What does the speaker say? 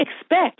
expect